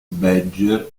badger